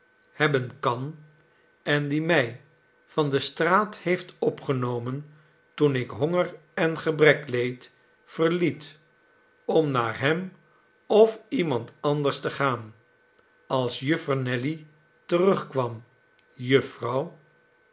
hebben kan en die mij van de straat heeft op'genomen toen ik honger en gebrek leed verliet om naar hem of iemand anders te gaan als juffer nelly terugkwam jufvrouw